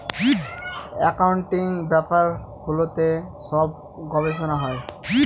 accounting ব্যাপারগুলোতে সব গবেষনা হয়